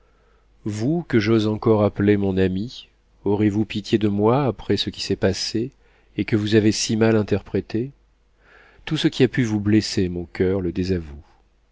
vous que j'ose encore appeler mon ami aurez-vous pitié de moi après ce qui s'est passé et que vous avez si mal interprété tout ce qui a pu vous blesser mon coeur le désavoue